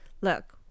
Look